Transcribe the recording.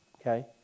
Okay